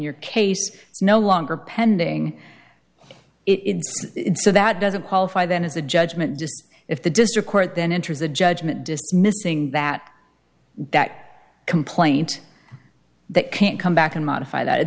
your case it's no longer pending it so that doesn't qualify them as a judgement just if the district court then enters a judgment dismissing that that complaint that can't come back and modify that